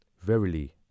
Verily